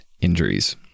injuries